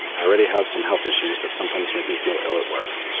i already have some health issues that sometimes make me feel ill at work.